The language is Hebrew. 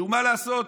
מה לעשות,